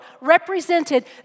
represented